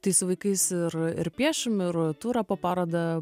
tai su vaikais ir ir piešim ir va turą po parodą